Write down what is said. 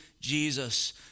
Jesus